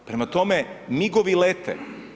Prema tome, MIG-ovi lete.